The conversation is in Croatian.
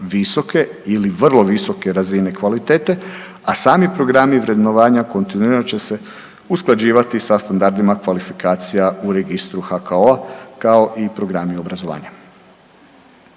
ili vrlo visoke razine kvalitete, a sami programi vrednovanja kontinuirano će se usklađivati sa standardima kvalifikacija u registru HKO-a kao i programi obrazovanja.